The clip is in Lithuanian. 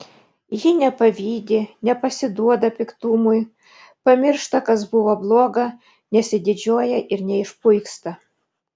ji nepavydi nepasiduoda piktumui pamiršta kas buvo bloga nesididžiuoja ir neišpuiksta